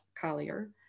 Collier